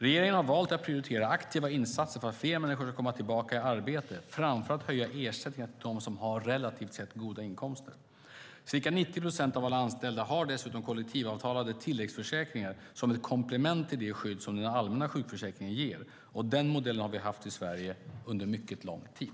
Regeringen har valt att prioritera aktiva insatser för att fler människor ska komma tillbaka i arbete framför att höja ersättningar till dem som har relativt goda inkomster. Ca 90 procent av alla anställda har dessutom kollektivavtalade tilläggsförsäkringar som ett komplement till det skydd som den allmänna sjukförsäkringen ger, och den modellen har vi haft i Sverige under mycket lång tid.